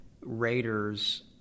raiders